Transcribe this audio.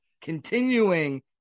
continuing